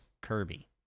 kirby